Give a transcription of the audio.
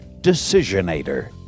Decisionator